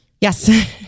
Yes